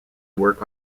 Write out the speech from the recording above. work